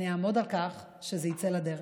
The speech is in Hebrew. אני אעמוד על כך שזה יצא לדרך.